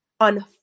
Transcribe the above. on